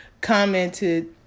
commented